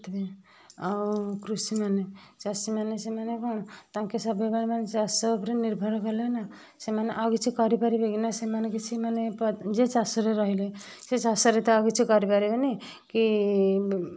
ସେଥିପାଇଁ ଆଉ କୃଷୀମାନେ ଚାଷୀମାନେ ସେମାନେ କ'ଣ ତାଙ୍କେ ସବୁବେଳେ ମାନେ ଚାଷ ଉପରେ ନିର୍ଭର କଲେ ନା ସେମାନେ ଆଉ କିଛି କରିପାରିବେ କି ନା ସେମାନେ କିଛି ମାନେ ଯିଏ ଚାଷରେ ରହିଲେ ସିଏ ଚାଷରେ ତ ଆଉ କିଛି କରି ପାରିବେନି କି